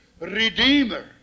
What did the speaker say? Redeemer